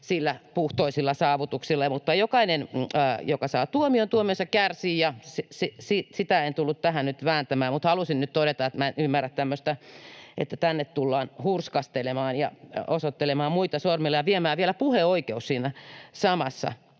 puhtoisilla saavutuksilla. Mutta jokainen, joka saa tuomion, tuomionsa kärsii, ja sitä en tullut tähän nyt vääntämään. Mutta halusin nyt todeta, että en ymmärrä tämmöistä, että tänne tullaan hurskastelemaan ja osoittelemaan muita sormella ja viemään vielä puheoikeus siinä samassa